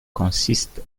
consiste